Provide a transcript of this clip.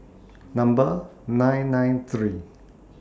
Number nine nine three